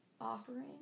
offering